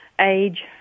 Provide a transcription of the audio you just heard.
age